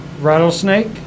rattlesnake